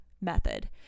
method